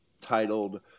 titled